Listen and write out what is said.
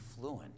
fluent